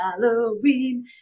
Halloween